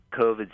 COVID